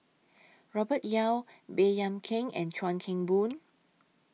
Robert Yeo Baey Yam Keng and Chuan Keng Boon